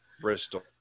Bristol